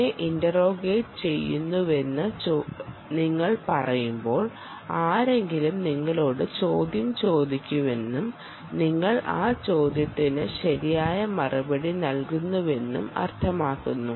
എന്നെ ഇൻറ്റെറോഗേററ് ചെയ്യുന്നുവെന്ന് നിങ്ങൾ പറയുമ്പോൾ ആരെങ്കിലും നിങ്ങളോട് ചോദ്യം ചോദിക്കുന്നുവെന്നും നിങ്ങൾ ആ ചോദ്യത്തിന് ശരിയായി മറുപടി നൽകുന്നുവെന്നും അർത്ഥമാക്കുന്നു